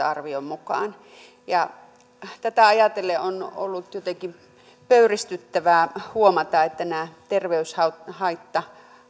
arvion mukaan kaksisataaviisikymmentätuhatta tätä ajatellen on ollut jotenkin pöyristyttävää huomata että näitä terveyshaitta